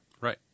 Right